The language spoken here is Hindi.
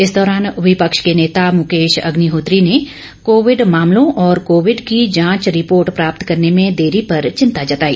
इस दौरान विपक्ष के नेता मुकेश अग्निहोत्री ने कोविड मामलों और कोविड की जांच रिपोर्ट प्राप्त करने में देरी पर चिंता जताई